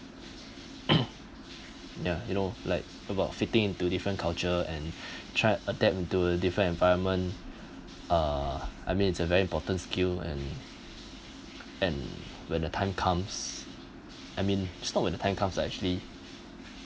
ya you know like about fitting into different culture and try adapt to a different environment uh I mean it's a very important skill and and when the time comes I mean it's not when the time comes ah actually